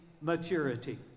maturity